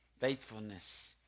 Faithfulness